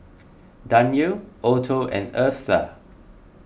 Danyelle Otho and Eartha